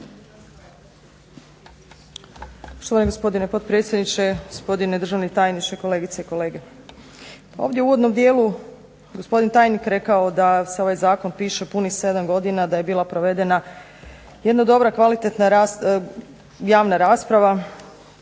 Štovani gospodine potpredsjedniče, gospodine državni tajniče, kolegice i kolege. Ovdje u uvodnom dijelu gospodin tajnik rekao da se ovaj zakon piše punih 7 godina, da je bila provedena jedna dobra, kvalitetna javna rasprava.